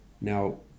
Now